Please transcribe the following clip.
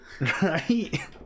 right